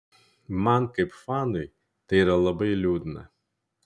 man kaip fanui tai yra labai liūdna